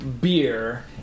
beer